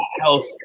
health